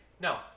no